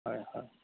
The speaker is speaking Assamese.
হয় হয়